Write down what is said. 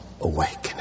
awakening